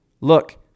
Look